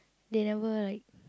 they never like